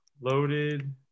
Loaded